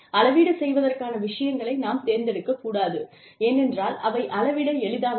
அளவீடு செய்வதற்கான விஷயங்களை நாம் தேர்ந்தெடுக்கக் கூடாது ஏனென்றால் அவை அளவிட எளிதானவை